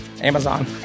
amazon